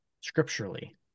scripturally